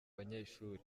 banyeshuri